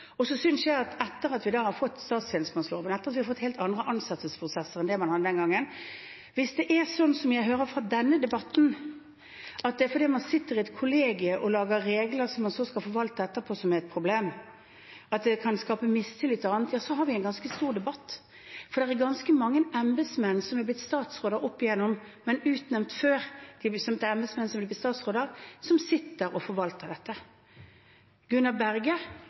Så synes jeg at etter at vi har fått statstjenestemannsloven – etter at vi har fått helt andre ansettelsesprosesser enn det man hadde den gangen – at hvis det er sånn som jeg hører fra denne debatten, at det er det at man sitter i et kollegium og lager regler som man så skal forvalte etterpå, som er et problem, og at det kan skape mistillit og annet, da har vi en ganske stor debatt. For det er ganske mange embetsmenn som har blitt statsråder oppigjennom, men utnevnt før, altså embetsmenn som blir til statsråder, som sitter og forvalter dette. Gunnar Berge